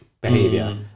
behavior